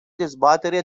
dezbatere